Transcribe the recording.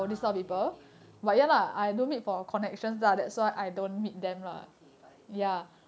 okay okay got it